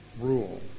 rule